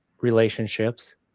relationships